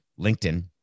LinkedIn